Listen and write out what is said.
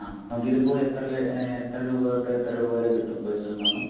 ആ നമുക്കിതിപ്പോൾ ഇത് ഇപ്പോൾ എത്ര രൂപ തൊട്ട് എത്ര രൂപ വരെ കിട്ടും പേർസണൽ ലോൺ